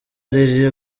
riri